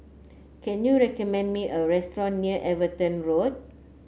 can you recommend me a restaurant near Everton Road